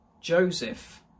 Joseph